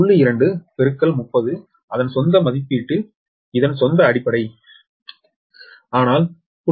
2 பெருக்கல் 30 அதன் சொந்த மதிப்பீட்டில் அதன் சொந்த அடிப்படை ஆனால் 0